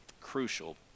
crucial